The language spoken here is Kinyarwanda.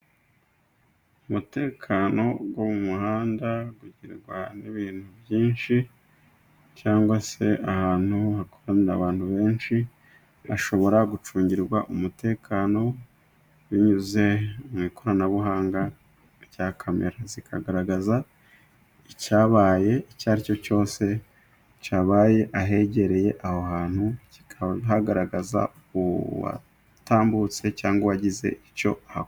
Umutekano wo mu muhanda ugirwa n'ibintu byinshi, cyangwa se ahantu hakorera abantu benshi, bashobora gucungirwa umutekano binyuze mu ikoranabuhanga rya kamera. zikagaragaza icyabaye icyo aricyo cyose cyabaye ahegereye aho hantu, hakaba hagaragaza uwatambutse ,cyangwa uwagize icyo aba.